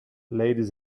ladies